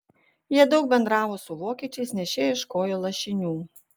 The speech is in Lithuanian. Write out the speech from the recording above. jie daug bendravo su vokiečiais nes šie ieškojo lašinių